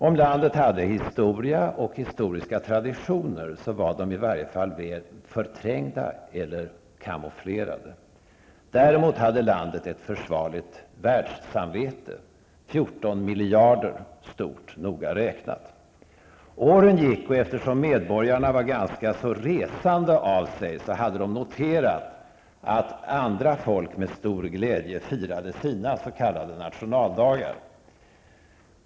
Om landet hade historia och historiska traditioner, så var de i alla fall väl förträngda eller kamouflerade. Däremot hade landet ett försvarligt världssamvete -- 14 miljarder stort, noga räknat. Åren gick och eftersom medborgarna var ganska resande av sig, hade de noterat att andra folk med stor glädje firade sina s.k. nationaldagar.